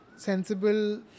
sensible